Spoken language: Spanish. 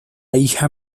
hija